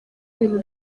ibintu